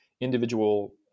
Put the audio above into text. individual